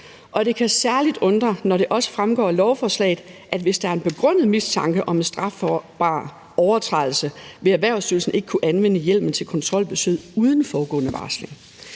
det kan særlig undre, når det også fremgår af lovforslaget, at hvis der er en begrundet mistanke om en strafbar overtrædelse, vil Erhvervsstyrelsen ikke kunne anvende hjemlen til kontrolbesøg uden forudgående varsling.